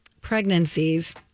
pregnancies